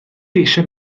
eisiau